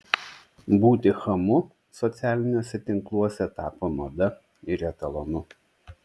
būti chamu socialiniuose tinkluose tapo mada ir etalonu